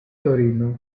torino